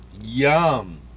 Yum